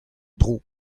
dro